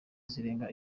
zirenga